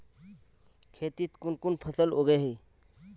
खेतीत कुन कुन फसल उगेई?